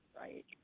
right